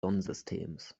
sonnensystems